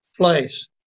place